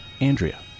Andrea